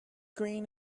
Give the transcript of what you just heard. green